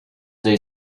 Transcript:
they